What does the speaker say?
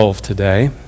today